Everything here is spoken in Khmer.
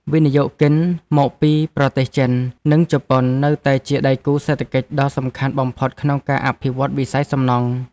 វិនិយោគិនមកពីប្រទេសចិន និងជប៉ុននៅតែជាដៃគូសេដ្ឋកិច្ចដ៏សំខាន់បំផុតក្នុងការអភិវឌ្ឍវិស័យសំណង់។